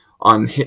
on